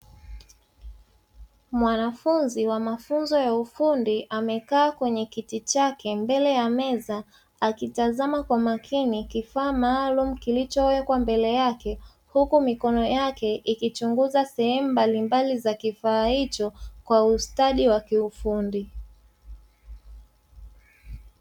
Mwanafunzi wa mafunzo ya ufundi amekaa kwenye kiti chake mbele ya meza akitazama kwa makini kifaa maalumu kilichowekwa mbele yake, huku mikono yake ikichunguza sehemu mbalimbali za kifaa hicho kwa ustadi wa kiufundi.